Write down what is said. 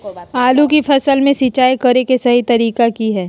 आलू की फसल में सिंचाई करें कि सही तरीका की हय?